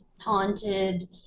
haunted